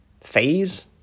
phase